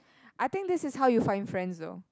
I think this is how you find friends though